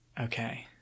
Okay